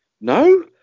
No